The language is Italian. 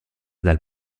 dal